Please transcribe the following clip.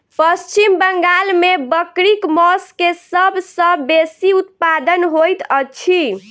पश्चिम बंगाल में बकरीक मौस के सब सॅ बेसी उत्पादन होइत अछि